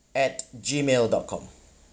at gmail dot com